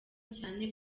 cyane